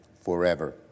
forever